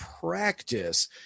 practice